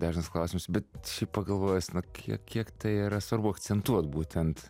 dažnas klausimas bet pagalvojęs na kiek kiek tai yra svarbu akcentuot būtent